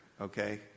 okay